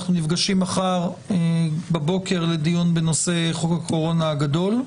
אנחנו נפגשים מחר בבוקר לדיון בנושא חוק הקורונה הגדול.